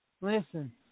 Listen